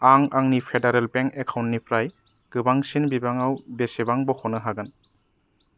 आं आंनि federal bank एकाउन्टनिफ्राय गोबांसिन बिबाङाव बेसेबां बख'नो हागोन